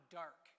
dark